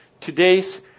today's